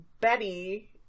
Betty